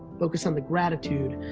focus on the gratitude,